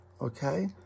okay